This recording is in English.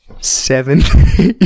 seven